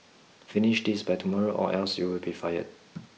finish this by tomorrow or else you'll be fired